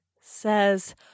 says